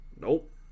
Nope